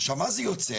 עכשיו מה זה יוצר,